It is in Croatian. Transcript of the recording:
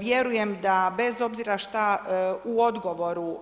Vjerujem da bez obzira šta u odgovoru